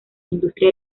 industria